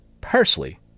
parsley